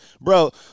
Bro